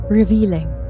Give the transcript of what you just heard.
revealing